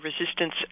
Resistance